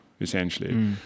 essentially